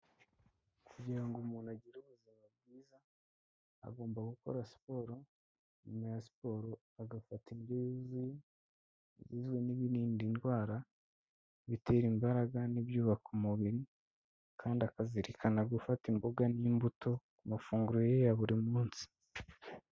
Kugira ngo umuntu agire ubuzima bwiza, agomba gukora siporo nyuma ya siporo agafata indyo yuzuye, igizwe n'ibiririnda ndwara, ibitera imbaraga n'ibyubaka umubiri, kandi akazizirikana gufata imboga n'imbuto ku mafunguro ye ya buri munsi.